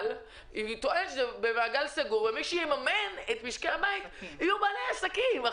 אבל היא טוענת שזה במעגל סגור ומי שיממן את משקי הבית יהיו בעלי העסקים.